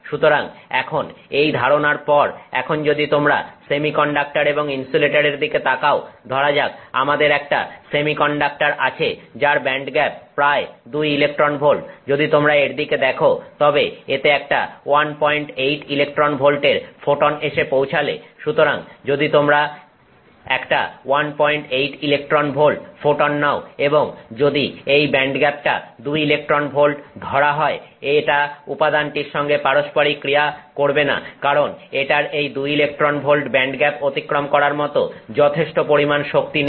সুতরাং এখন এই ধারণার পর এখন যদি তোমরা সেমিকন্ডাক্টর এবং ইনসুলেটরের দিকে তাকাও ধরা যাক আমাদের একটা সেমিকন্ডাক্টর আছে যার ব্যান্ডগ্যাপ প্রায় 2 ইলেকট্রন ভোল্ট যদি তোমরা এর দিকে দেখো তবে এতে একটা 18 ইলেকট্রন ভোল্টের ফোটন এসে পৌঁছালে সুতরাং যদি তোমরা একটা 18 ইলেকট্রন ভোল্ট ফোটন নাও এবং যদি এই ব্যান্ডগ্যাপটা 2 ইলেকট্রন ভোল্ট ধরা হয় এটা উপাদানটির সঙ্গে পারস্পরিক ক্রিয়া করবে না কারন এটার এই 2 ইলেকট্রন ভোল্ট ব্যান্ডগ্যাপ অতিক্রম করার মত যথেষ্ট পরিমাণ শক্তি নেই